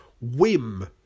whim